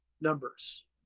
numbers